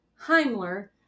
Heimler